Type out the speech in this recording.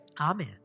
Amen